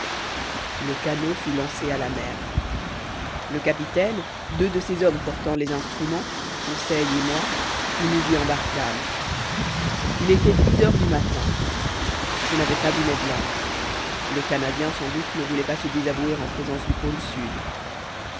le canot fut lancé à la mer le capitaine deux de ses hommes portant les instruments conseil et moi nous nous y embarquâmes il était dix heures du matin je n'avais pas vu ned land le canadien sans doute ne voulait pas se désavouer en présence du pôle sud